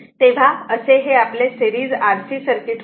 तेव्हा असे हे आपले सेरीज RC सर्किट होते